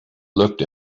looked